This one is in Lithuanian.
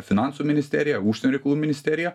finansų ministerija užsienio reikalų ministerija